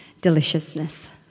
deliciousness